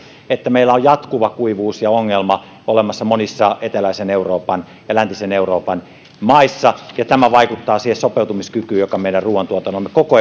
että meillä on jatkuva kuivuus ja ongelma olemassa monissa eteläisen euroopan ja läntisen euroopan maissa ja tämä vaikuttaa siihen sopeutumiskykyyn joka meidän ruuantuotannossamme koko